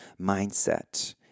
mindset